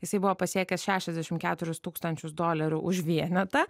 jisai buvo pasiekęs šešiasdešimt keturis tūkstančius dolerių už vienetą